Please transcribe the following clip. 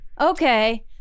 Okay